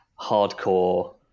hardcore